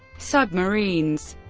submarines